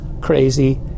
crazy